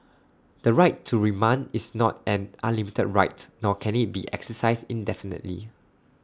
the right to remand is not an unlimited right nor can IT be exercised indefinitely